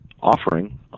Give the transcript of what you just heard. offering